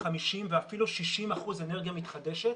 50 ואפילו 60 אחוזים אנרגיה מתחדשת.